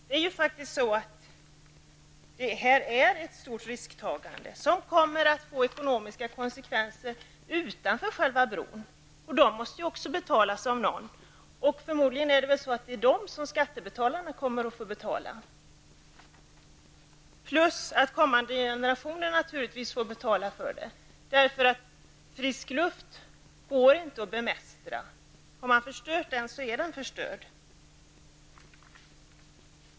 Detta är faktiskt ett stort risktagande som kommer att få ekonomiska konsekvenser, bortsett från dem som sammanhänger med själva bron, och de måste också betalas av någon. Det är väl förmodligen så att det blir skattebetalarna som får betala dem. Dessutom får naturligtvis kommande generationer betala för detta, eftersom problemet med frisk luft inte går att bemästra. Har man förstört luften så är den förstörd.